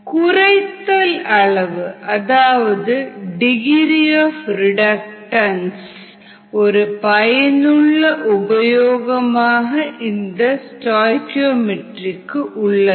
குறைத்தல் அளவு அதாவது டிகிரி ஆப் ரிடக்டன்ஸ் ஒரு பயனுள்ள உபயோகமாக இந்த ஸ்டாஇகீஓமெட்ரிக்கு உள்ளது